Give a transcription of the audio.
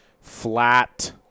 flat